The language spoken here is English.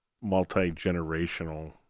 multi-generational